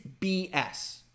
BS